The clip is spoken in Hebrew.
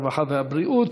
הרווחה והבריאות.